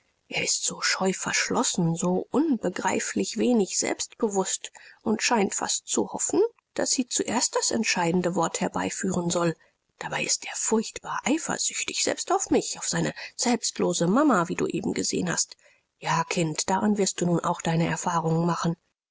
er ist so scheuverschlossen so unbegreiflich wenig selbstbewußt und scheint fast zu hoffen daß sie zuerst das entscheidende wort herbeiführen soll dabei ist er furchtbar eifersüchtig selbst auf mich auf seine selbstlose mama wie du eben gesehen hast ja kind darin wirst du nun auch deine erfahrungen machen